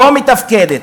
שלא מתפקדת.